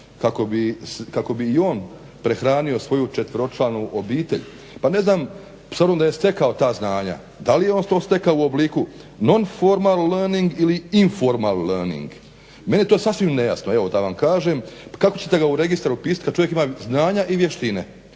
kako bi i on prehranio svoju 4-članu obitelj. Pa ne znam, s obzirom da je stekao ta znanja da li je on to stekao u obliku non-formal learning ili informal learning. Meni je to sasvim nejasno, evo da vam kažem. Kako ćete ga u registar upisati kad čovjek ima znanja i vještine,